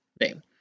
name